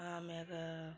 ಆಮ್ಯಾಗ